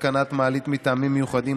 התקנת מעלית מטעמים מיוחדים),